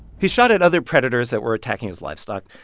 he's shot at other predators that were attacking his livestock.